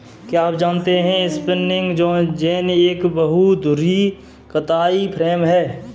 क्या आप जानते है स्पिंनिंग जेनि एक बहु धुरी कताई फ्रेम है?